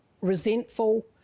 resentful